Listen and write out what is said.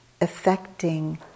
affecting